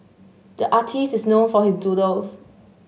the artist is known for his doodles